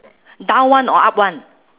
down [one] or up [one]